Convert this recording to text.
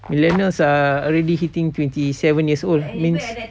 millennials are already hitting twenty seven years old means